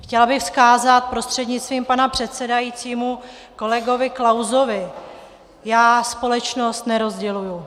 Chtěla bych vzkázat prostřednictvím pana předsedajícího kolegovi Klausovi: Já společnost nerozděluji.